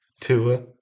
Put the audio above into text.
Tua